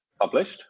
published